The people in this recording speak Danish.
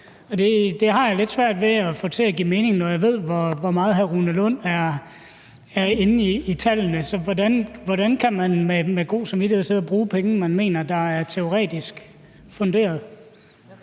Det har jeg lidt svært ved at få til at give mening, når jeg ved, hvor meget hr. Rune Lund er inde i tallene. Så hvordan kan man med god samvittighed sidde og bruge penge, man mener kun er et teoretisk funderet?